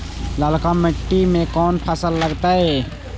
ललका मट्टी में कोन फ़सल लगतै?